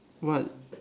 what